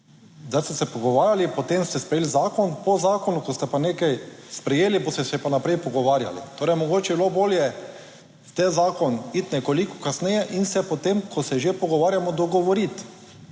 Zdaj ste se pogovarjali, potem ste sprejeli zakon, po zakonu ko ste pa nekaj sprejeli, boste se pa naprej pogovarjali. Torej mogoče bi bilo bolje ste zakon iti nekoliko kasneje in se potem, ko se že pogovarjamo, dogovoriti.